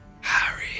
Harry